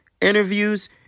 interviews